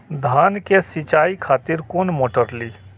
धान के सीचाई खातिर कोन मोटर ली?